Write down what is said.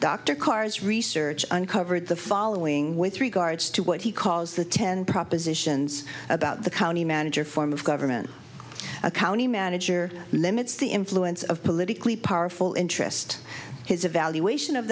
dr carr's research uncovered the following with regards to what he calls the ten propositions about the county manager form of government a county manager limits the influence of politically powerful interest his evaluation of